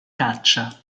caccia